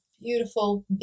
beautiful